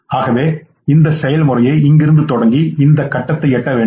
ஆகவே இந்த செயல்முறையை இங்கிருந்து தொடங்கி இந்த கட்டத்தை எட்ட வேண்டும்